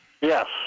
Yes